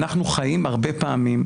אנחנו חיים הרבה פעמים,